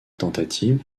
tentative